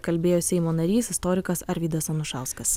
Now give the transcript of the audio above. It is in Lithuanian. kalbėjo seimo narys istorikas arvydas anušauskas